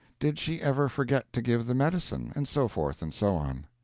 did she ever forget to give the medicine and so forth and so on.